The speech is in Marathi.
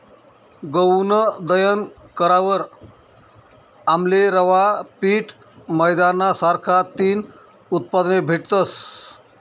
गऊनं दयन करावर आमले रवा, पीठ, मैदाना सारखा तीन उत्पादने भेटतस